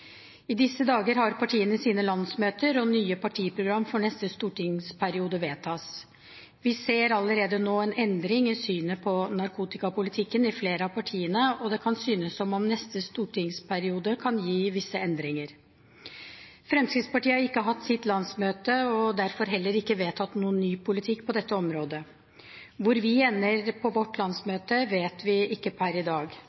I disse dager har partiene sine landsmøter, og nye partiprogram for neste stortingsperiode vedtas. Vi ser allerede nå en endring i synet på narkotikapolitikken i flere av partiene, og det kan synes som om neste stortingsperiode kan gi visse endringer. Fremskrittspartiet har ikke hatt sitt landsmøte og derfor heller ikke vedtatt noen ny politikk på dette området. Hvor vi ender på vårt landsmøte, vet vi ikke per i dag.